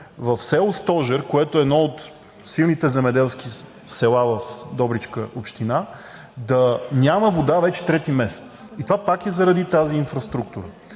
в село Стожер, което е едно от силните земеделски села в Добричка община, да няма вода вече трети месец. Това пак е заради тази инфраструктура,